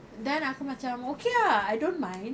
then aku macam okay ah I don't mind